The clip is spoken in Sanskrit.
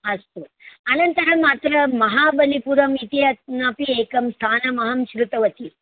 अस्तु अनन्तरम् अत्र महाबलिपुरमिति अपि एकं स्थानमहं श्रुतवती